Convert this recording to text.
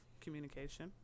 communication